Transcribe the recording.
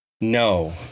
No